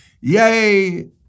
yay